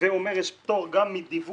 הווה אומר יש פטור גם מדיווח